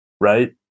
right